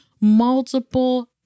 multiple